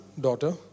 daughter